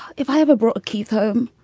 if i ever brought keith home,